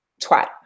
twat